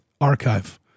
archive